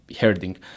herding